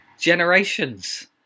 generations